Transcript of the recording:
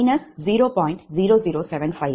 நாங்கள் 0